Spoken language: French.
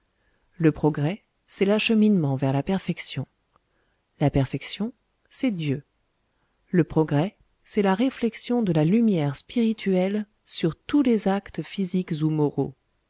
le progrès c'est l'acheminement vers la perfection la perfection c'est dieu le progrès c'est la réflection de la lumière spirituelle sur tous les actes physiques ou moraux